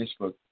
Facebook